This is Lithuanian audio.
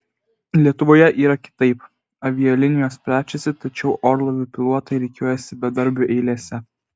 lietuvoje yra kitaip avialinijos plečiasi tačiau orlaivių pilotai rikiuojasi bedarbių eilėse